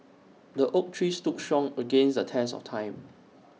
the oak tree stood strong against the test of time